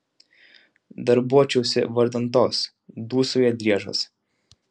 darbuočiausi vardan tos dūsauja driežas